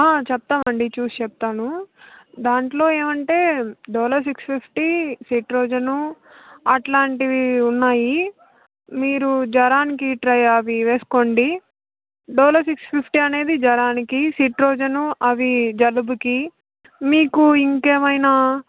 చెప్తామండి చూసి చెప్తాను దాంట్లో ఏమంటే డోలో సిక్స్ ఫిఫ్టీ సెట్రిజిన్ అట్లాంటివి ఉన్నాయి మీరు జ్వరానికి ట్రై అవి వేసుకోండి డోలో సిక్స్ ఫిఫ్టీ అనేది జ్వరానికి సెట్రిజిన్ అవి జలుబుకి మీకు ఇంకేమైనా